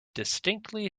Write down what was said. distinctly